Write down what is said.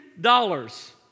dollars